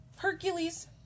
Hercules